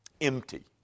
empty